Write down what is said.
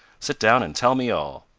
sit down and tell me all.